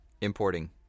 importing